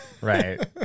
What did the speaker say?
right